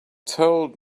told